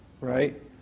right